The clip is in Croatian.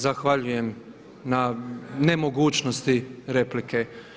Zahvaljujem na nemogućnosti replike.